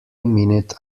minute